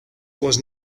was